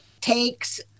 takes